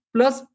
Plus